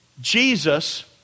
Jesus